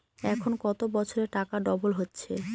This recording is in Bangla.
এখন কত বছরে টাকা ডবল হচ্ছে?